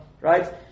right